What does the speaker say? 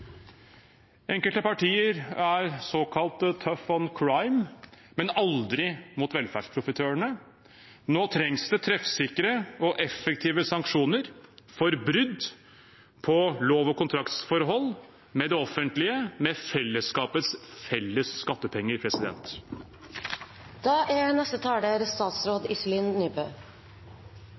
Enkelte partier er såkalt «tough on crime», men aldri mot velferdsprofitørene. Nå trengs det treffsikre og effektive sanksjoner for brudd på lov- og kontraktsforhold med det offentlige med fellesskapets felles skattepenger.